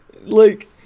Like-